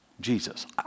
Jesus